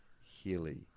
Healy